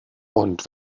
und